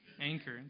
Anchor